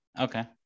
okay